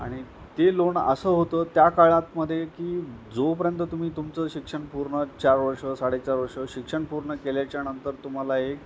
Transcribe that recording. आणि ते लोण असं होतं त्या काळात मध्ये की जोपर्यंत तुम्ही तुमचं शिक्षण पूर्ण चार वर्षं साडेचार वर्षं शिक्षण पूर्ण केल्याच्यानंतर तुम्हाला एक